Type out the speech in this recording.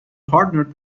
partnered